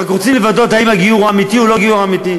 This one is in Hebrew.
רק רוצים לוודא אם הגיור הוא אמיתי או לא אמיתי,